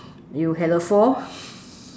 you had a fall